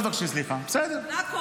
עמדה פה לפני שבועיים --- אני לא גלית.